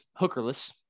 hookerless